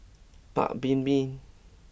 Paik's Bibim